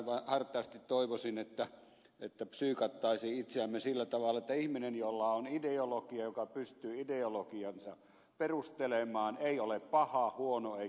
minä hartaasti toivoisin että psyykattaisiin itseämme sillä tavalla että ihminen jolla on ideologia ja joka pystyy ideologiansa perustelemaan ei ole paha huono eikä kelvoton